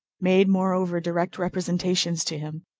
made, moreover, direct representations to him,